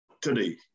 today